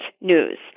news